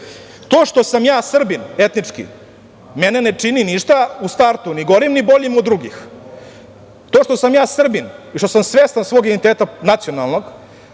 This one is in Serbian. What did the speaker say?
To što sam ja Srbin etnički mene ne čini ništa u startu ni gorim ni boljim od drugih. To što sam ja Srbin i što sam svestan svog identiteta nacionalnog